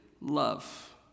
love